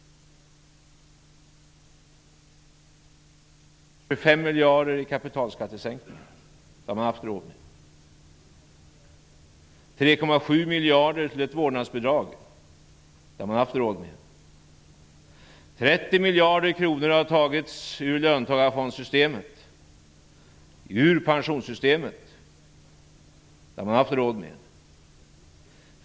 25 miljarder i kapitalskattesänkningar -- det har man haft råd med. 3,7 miljarder till ett vårdnadsbidrag -- det har man haft råd med. 30 miljarder kronor har tagits ur löntagarfondssystemet, ur pensionssystemet -- det har man haft råd med.